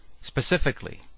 Specifically